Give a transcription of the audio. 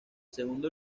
segundo